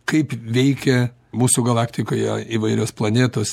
kaip veikia mūsų galaktikoje įvairios planetos